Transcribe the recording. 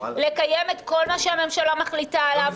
לקיים את כל מה שהממשלה מחליטה עליו.